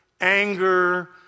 anger